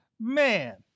Man